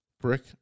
Brick